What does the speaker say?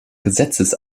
gesetzes